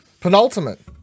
Penultimate